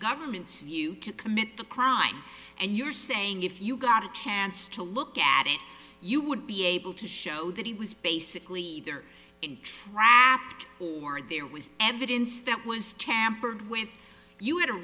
government's view to commit the crime and you're saying if you got a chance to look at it you would be able to show that he was basically either trafficked or there was evidence that was tampered with you had a